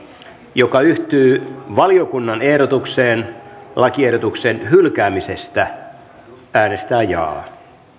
joka yhtyy valiokunnan ehdotukseen lakiehdotuksen hylkäämisestä äänestää jaa